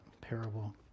parable